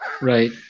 Right